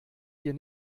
dir